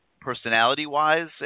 personality-wise